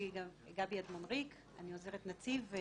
גבי אדמון ריק, אני עוזרת נציב.